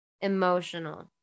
emotional